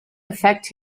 affect